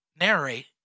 narrate